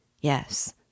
Yes